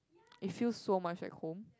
it feels so much like home